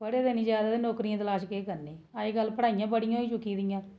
पढ़े दे निं जादै ते नौकरियें दी तलाश केह् करनी अजकल पढ़ाइयां बड़ियां होई चुक्की दियां